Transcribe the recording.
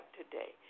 today